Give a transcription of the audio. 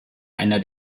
einer